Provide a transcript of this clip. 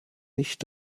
nicht